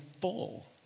full